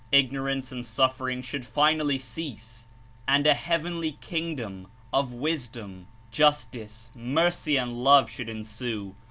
ignorance and suffering should finally cease and a heavenly kingdom of wisdom, justice, mercy and love should ensue,